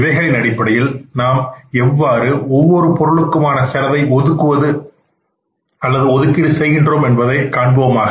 இவைகளின் அடிப்படையில் நாம் எவ்வாறு ஒவ்வொரு பொருளுக்குமான செலவை ஒதுக்கீடு செய்கின்றோம் என்பதை காண்போமாக